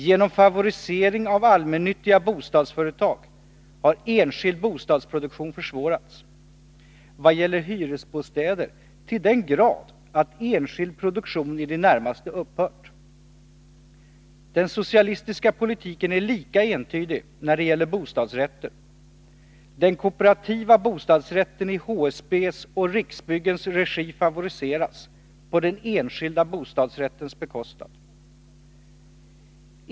Genom favorisering av allmännyttiga bostadsföretag har enskild bostadsproduktion försvårats — vad gäller hyresbostäder till den grad att enskild produktion i det närmaste upphört. Den socialistiska politiken är lika entydig när det gäller bostadsrätter. Den kooperativa bostadsrätten i HSB:s och Riksbyggens regi favoriseras på den enskilda bostadsrättens bekostnad.